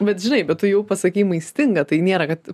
bet žinai bet tu jau pasakei maistinga tai nėra kad